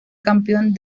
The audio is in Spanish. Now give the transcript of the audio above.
campeón